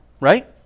right